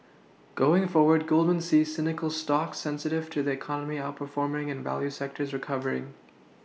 going forward Goldman sees cyclical stocks sensitive to the economy outperforming and value sectors recovering